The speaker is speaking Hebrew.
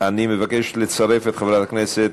אני מבקש לצרף את חברת הכנסת